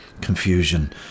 confusion